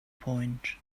point